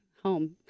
home